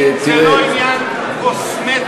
זה לא עניין קוסמטי,